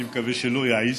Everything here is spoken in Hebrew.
הוא לא יעז,